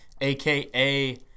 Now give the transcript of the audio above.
aka